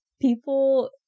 people